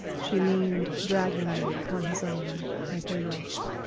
she leaned draggingly upon his arm as they walked.